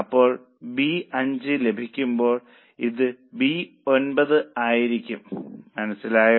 അപ്പോൾ ബി 5 ലഭിക്കുമ്പോൾ ഇത് ബി 9 ആയിരിക്കും മനസ്സിലായോ